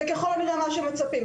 זה ככל הנראה מה שמצפים.